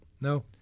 No